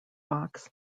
fox